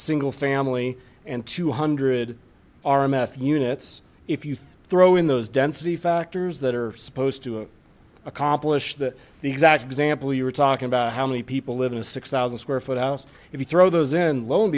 single family and two hundred are meth units if you throw in those density factors that are supposed to accomplish that the exact example you were talking about how many people live in a six thousand square foot house if you throw those then lo and